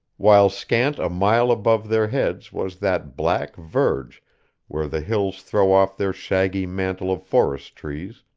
while scant a mile above their heads was that black verge where the hills throw off their shaggy mantle of forest trees,